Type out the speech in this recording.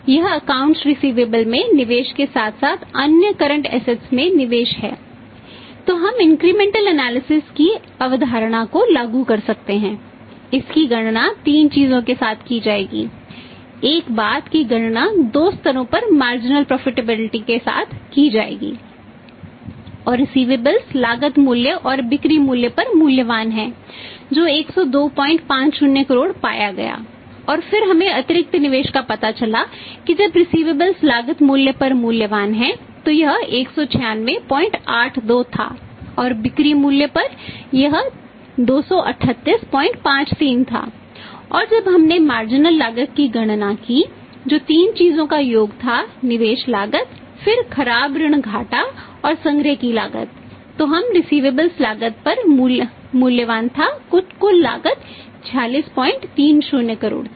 और रिसिवेबलस लागत पर मूल्यवान था कुल लागत 4630 करोड़ थी